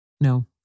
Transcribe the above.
No